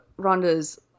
Rhonda's